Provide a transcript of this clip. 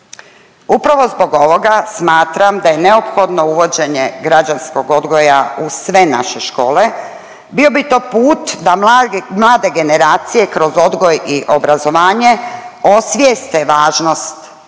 Upravo zbog ovoga smatram da je neophodno uvođenje građanskog odgoja u sve naše škole. Bio bi to put da mlade generacije kroz odgoj i obrazovanje osvijeste važnost rodne